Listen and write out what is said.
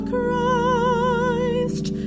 Christ